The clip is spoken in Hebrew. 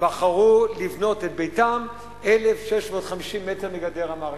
בחרו לבנות את ביתן 1,650 מטר מגדר המערכת.